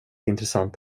intressant